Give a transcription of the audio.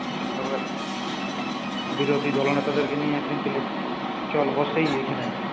তবে বিরোধী দলনেতাদেরকে নিয়ে একদিন তাহলে চল বসি এইখানে